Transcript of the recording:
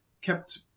Kept